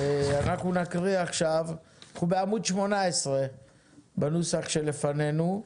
נקריא עכשיו, אנחנו בעמוד 18 בנוסח שלפנינו.